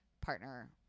partner